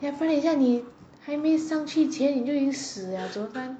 ya 不然等一下你还没上去前你就死了怎么办